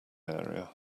area